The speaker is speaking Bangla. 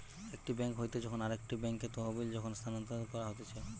একটি বেঙ্ক হইতে যখন আরেকটি বেঙ্কে তহবিল যখন স্থানান্তর করা হতিছে